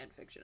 fanfiction